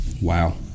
Wow